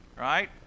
right